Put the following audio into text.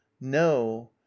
no